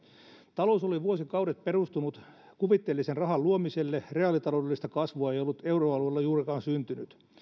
talous oli vuosikaudet perustunut kuvitteellisen rahan luomiselle reaalitaloudellista kasvua ei ollut euroalueella juurikaan syntynyt samaan